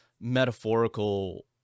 metaphorical